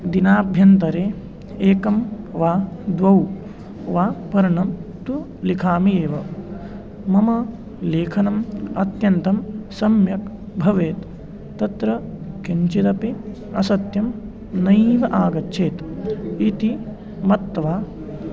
दिनाभ्यन्तरे एकं वा द्वौ वा पर्णं तु लिखामि एव मम लेखनम् अत्यन्तं सम्यक् भवेत् तत्र किञ्चिदपि असत्यं नैव आगच्छेत् इति मत्वा